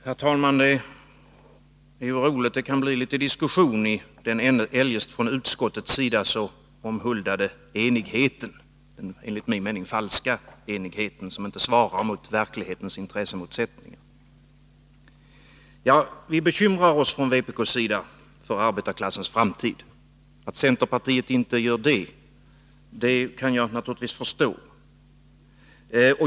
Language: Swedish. Herr talman! Det är roligt att det kan bli litet diskussion i den eljest från utskottets sida så omhuldade enigheten — en enligt min mening falsk enighet, som inte svarar mot verklighetens intressemotsättning. Vi bekymrar oss från vpk:s sida för arbetarklassens framtid. Att centerpartiet inte gör det kan jag naturligtvis förstå.